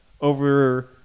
over